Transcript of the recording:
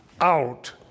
out